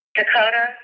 Dakota